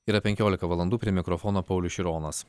yra penkiolika valandų prie mikrofono paulius šironas